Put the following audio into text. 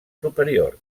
superior